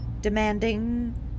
demanding